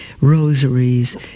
rosaries